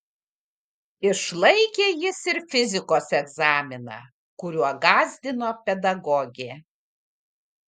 išlaikė jis ir fizikos egzaminą kuriuo gąsdino pedagogė